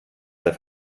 der